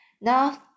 now